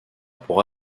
pour